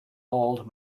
old